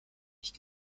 nicht